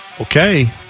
Okay